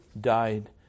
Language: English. died